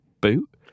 boot